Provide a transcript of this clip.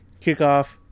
Kickoff